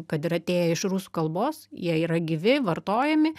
kad ir atėję iš rusų kalbos jie yra gyvi vartojami